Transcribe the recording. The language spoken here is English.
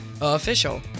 official